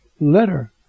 letter